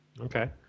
Okay